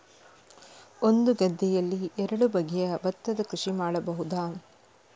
ಒಂದು ಗದ್ದೆಯಲ್ಲಿ ಎರಡು ಬಗೆಯ ಭತ್ತದ ಕೃಷಿ ಮಾಡಬಹುದಾ?